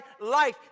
life